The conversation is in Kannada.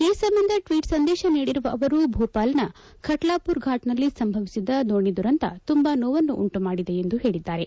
ಈ ಸಂಬಂಧ ಟ್ವೀಟ್ ಸಂದೇಶ ನೀಡಿರುವ ಅವರು ಭೂಪಾಲ್ನ ಖಟ್ಲಾಪುರ ಫಾಟ್ನಲ್ಲಿ ಸಂಭವಿಸಿದ ದೋಣಿ ದುರಂತ ತುಂಬ ನೋವನ್ನು ಉಂಟು ಮಾಡಿದೆ ಎಂದು ಹೇಳಿದ್ದಾರೆ